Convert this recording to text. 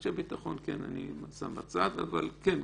אנשי ביטחון אני שם בצד כן,